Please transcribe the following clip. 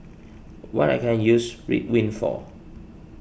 what can I use Ridwind for